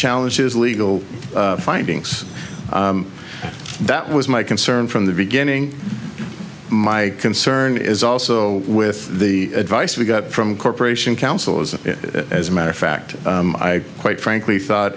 challenge his legal findings that was my concern from the beginning my concern is also with the advice we got from corporation counsel as a as a matter of fact i quite frankly thought